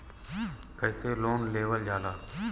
कैसे लोन लेवल जाला?